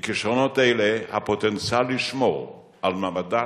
בכשרונות האלה הפוטנציאל לשמור על מעמדה